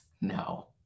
No